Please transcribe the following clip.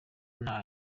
nta